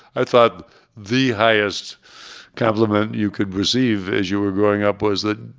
i thought the highest compliment you could receive as you were growing up was that,